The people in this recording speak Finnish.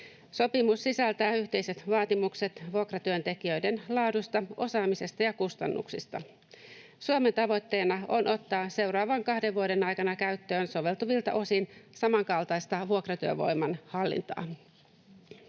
Sopimus sisältää yhteiset vaatimukset vuokratyöntekijöiden laadusta, osaamisesta ja kustannuksista. Suomen tavoitteena on ottaa seuraavan kahden vuoden aikana käyttöön soveltuvilta osin samankaltaista vuokratyövoiman hallintaa.